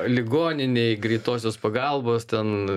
ligoninėj greitosios pagalbos ten